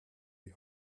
die